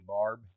Barb